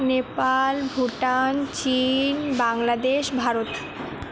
Nepal Bhutan Chin Bangladesh Bharat